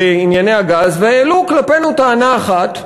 בענייני הגז והעלו כלפינו טענה אחת,